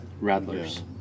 rattlers